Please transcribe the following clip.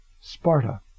Sparta